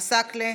עסאקלה,